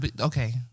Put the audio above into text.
Okay